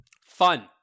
Fun